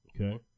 Okay